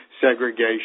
segregation